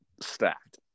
stacked